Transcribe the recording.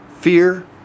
fear